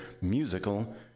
Musical